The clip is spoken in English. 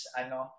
ano